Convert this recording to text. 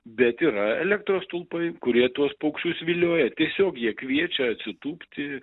bet yra elektros stulpai kurie tuos paukščius vilioja tiesiog jie kviečia atsitūpti